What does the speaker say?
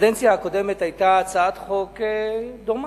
בקדנציה הקודמת היתה הצעת חוק דומה,